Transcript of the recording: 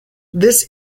this